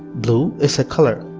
blue is a color.